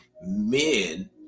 men